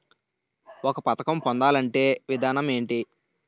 ఒక పథకం పొందాలంటే విధానం ఏంటి?